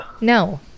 No